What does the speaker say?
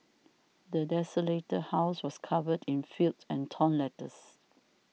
the desolated house was covered in filth and torn letters